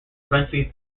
eventually